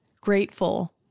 grateful